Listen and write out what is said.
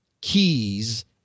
keys